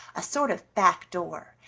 a sort of back door,